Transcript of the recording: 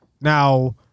Now